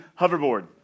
hoverboard